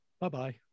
Bye-bye